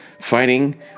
Fighting